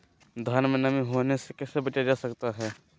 धान में नमी होने से कैसे बचाया जा सकता है?